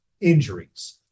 injuries